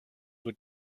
were